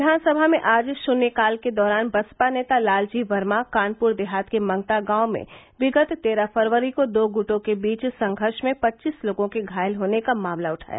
विधानसभा में आज शून्यकाल के दौरान बसपा नेता लालजी वर्मा कानपुर देहात के मंगता गांव में विगत तेरह फरवरी को दो गुटों के बीच संघर्ष में पचीस लोगों के घायल होने का मामला उठाया